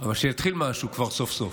אבל שיתחיל כבר משהו סוף-סוף.